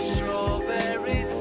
Strawberry